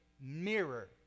mirror